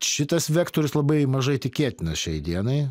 šitas vektorius labai mažai tikėtinas šiai dienai